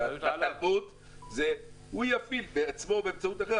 הוא יפעיל בעצמו באמצעות הגז,